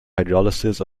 hydrolysis